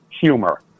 humor